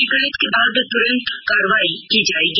शिकायत के बाद तुरंत कार्रवाई की जाएगी